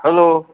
hello